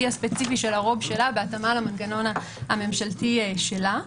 הספציפי של --- שלה בהתאמה למנגנון הממשלתי שלה,